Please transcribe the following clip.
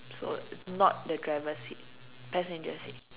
so not the driver seat passenger seat